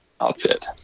outfit